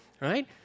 right